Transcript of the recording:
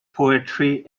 poetry